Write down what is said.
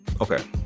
okay